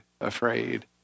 afraid